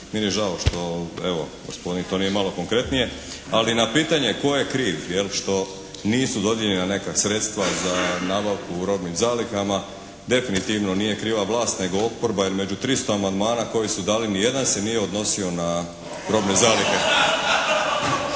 Meni je žao što evo gospodin to nije malo konkretnije. Ali na pitanje tko je kriv što nisu dodijeljena neka sredstva za nabavku u robnim zalihama definitivno nije kriva vlast nego oporba jer među 300 amandmana nijedan se nije odnosio na robne zalihe.